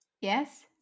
Yes